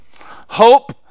hope